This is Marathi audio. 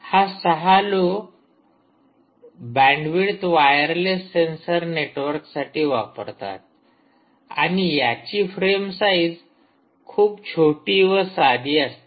हा लो बँडविड्थ वायरलेस सेन्सर नेटवर्कसाठी वापरतात आणि याची फ्रेम साइज खूप छोटी व साधी असते